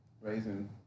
raising